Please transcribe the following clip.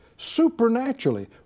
supernaturally